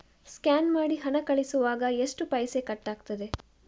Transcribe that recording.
Scan ಮಾಡಿ ಹಣ ಕಳಿಸುವಾಗ ಎಷ್ಟು ಪೈಸೆ ಕಟ್ಟಾಗ್ತದೆ?